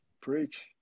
Preach